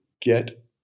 get